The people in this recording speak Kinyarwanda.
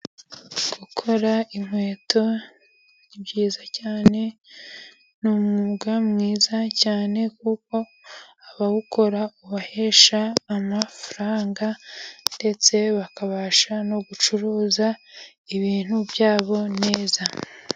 Gukora inkweto ni byiza cyane, ni umwuga mwiza cyane kuko abawukora ubahesha amafaranga ndetse bakabasha no gucuruza ibintu byabo neza.